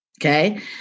Okay